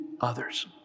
others